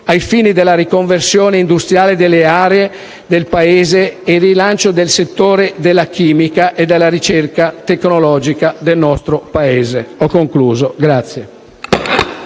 ai fini della riconversione industriale delle aree del Paese e il rilancio del settore della chimica e della ricerca tecnologica nel nostro Paese. *(Applausi dei